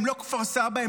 הם לא כפר סבא,